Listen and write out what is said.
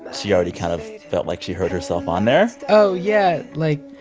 but she already kind of felt like she heard herself on there oh, yeah. like,